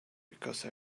because